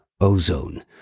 ozone